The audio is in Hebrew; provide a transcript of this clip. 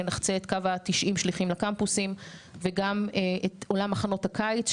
שנחצה את קו ה-90 שליחים לקמפוסים וגם את עולם מחנות הקיץ,